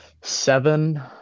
Seven